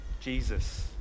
Jesus